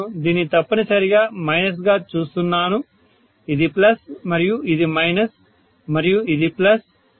నేను దీన్ని తప్పనిసరిగా మైనస్గా చూస్తున్నాను ఇది ప్లస్ మరియు ఇది మైనస్ మరియు ఇది ప్లస్